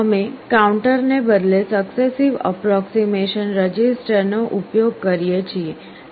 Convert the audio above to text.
અમે કાઉન્ટરને બદલે સક્સેસિવ અપ્રોક્સીમેશન રજિસ્ટર નો ઉપયોગ કરીએ છીએ